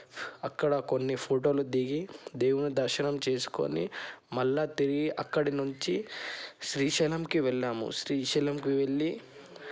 అక్కడ కొన్ని ఫోటోలు దిగి దేవుని దర్శనం చేసుకుని మళ్ళా తిరిగి అక్కడి నుంచి శ్రీశైలంకి వెళ్ళాము శ్రీశైలంకు వెళ్ళి